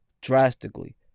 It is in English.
drastically